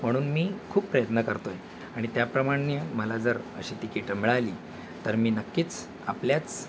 म्हणून मी खूप प्रयत्न करतो आहे आणि त्याप्रमाणे मला जर अशी तिकीटं मिळाली तर मी नक्कीच आपल्याच